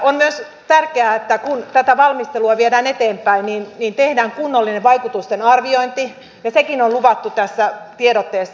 on myös tärkeää että kun tätä valmistelua viedään eteenpäin niin tehdään kunnollinen vaikutusten arviointi ja sekin on luvattu tässä tiedotteessa